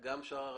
גם שאר הרשויות,